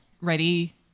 ready